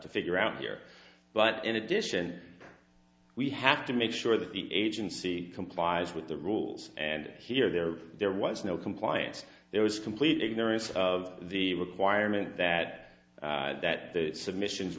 to figure out here but in addition we have to make sure that the agency complies with the rules and here they are there was no compliance there was complete ignorance of the requirement that that submissions